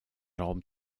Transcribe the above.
raum